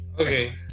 okay